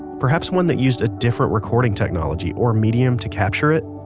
perhaps one that used a different recording technology or medium to capture it?